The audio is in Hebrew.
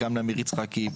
לעמיר יצחקי,